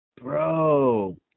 Bro